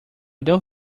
don’t